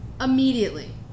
Immediately